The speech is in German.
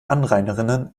anrainerinnen